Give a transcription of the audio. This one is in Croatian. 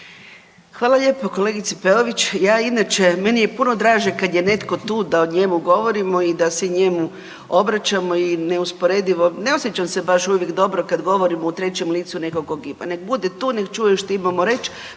Hvala lijepo kolegice Peović. Ja inače, meni je puno draže kad je netko tu da o njemu govorimo i da se njemu obraćamo i neusporedivo, ne osjećam se baš uvijek dobro kad govorimo u trećem licu nekog kog ima. Nek' bude tu, nek' čuje što imamo reći